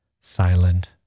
silent